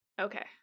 Okay